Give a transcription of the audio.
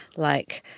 like,